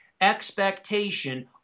expectation